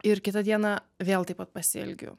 ir kitą dieną vėl taip pat pasielgiu